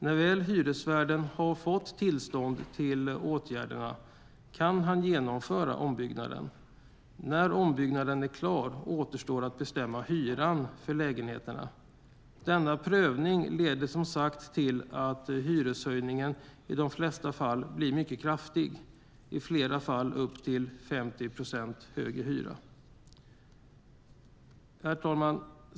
När väl hyresvärden har fått tillstånd för åtgärderna kan han genomföra ombyggnaden. När ombyggnaden är klar återstår att bestämma hyran för lägenheterna. Denna prövning leder som sagts tidigare till att hyreshöjningen i de flesta fall blir mycket kraftig, i flera fall upp till 50 procent högre hyra. Herr talman!